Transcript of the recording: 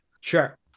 sure